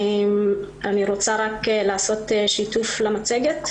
אני רוצה לעשות שיתוף למצגת.